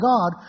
God